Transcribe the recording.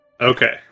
Okay